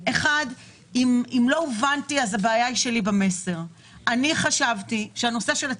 שאת הכסף שלו